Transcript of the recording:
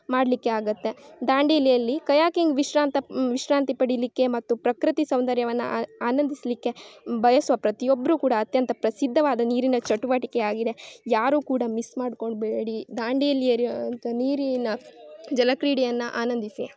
ಮಾಡಲಿಕ್ಕೆ ಆಗುತ್ತೆ ದಾಂಡೇಲಿಯಲ್ಲಿ ಕಯಾಕಿಂಗ್ ವಿಶ್ರಾಂತ ವಿಶ್ರಾಂತಿ ಪಡಿಲಿಕ್ಕೆ ಮತ್ತು ಪ್ರಕೃತಿ ಸೌಂದರ್ಯವನ್ನು ಆನಂದಿಸಲಿಕ್ಕೆ ಬಯಸೋ ಪ್ರತಿಯೊಬ್ರೂ ಕೂಡ ಅತ್ಯಂತ ಪ್ರಸಿದ್ದವಾದ ನೀರಿನ ಚಟುವಟಿಕೆಯಾಗಿದೆ ಯಾರು ಕೂಡ ಮಿಸ್ ಮಾಡಿಕೊಳ್ಬೇಡಿ ದಾಂಡೇಲಿಯಲ್ಲಿ ಹರಿವಂತ ನೀರಿನ ಜಲಕ್ರೀಡೆಯನ್ನು ಆನಂದಿಸಿ